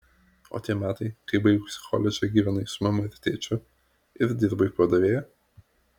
o tie metai kai baigusi koledžą gyvenai su mama ir tėčiu ir dirbai padavėja